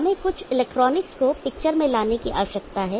हमें कुछ इलेक्ट्रॉनिक्स को पिक्चर में लाने की आवश्यकता है